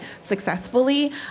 successfully